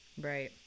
Right